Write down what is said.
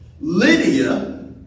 Lydia